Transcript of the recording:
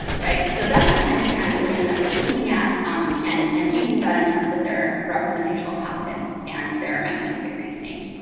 so that's the kind of translation that we're looking at um and and thinking about in terms of their representational competence and their mechanistic reasoning.